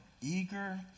eager